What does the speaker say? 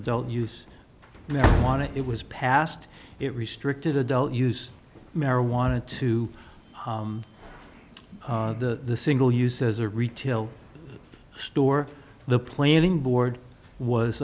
adult use marijuana it was passed it restricted adult use marijuana to the single use as a retail store the planning board was